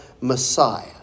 Messiah